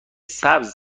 سبز